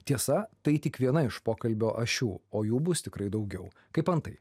tiesa tai tik viena iš pokalbio ašių o jų bus tikrai daugiau kaip antai